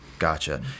Gotcha